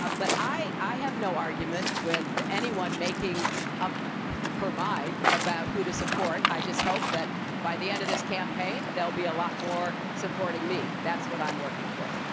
but i have no argument with anyone making up her mind about who to support. i just hope that by the end of this campaign there will be a lot more supporting me. that's what i'm working towards.